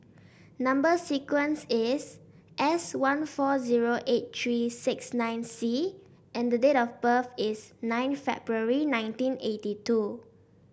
number sequence is S one four zero eight three six nine C and the date of birth is nine February nineteen eighty two